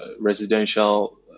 residential